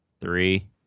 Three